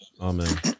amen